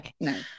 no